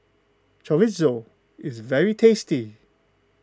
Chorizo is very tasty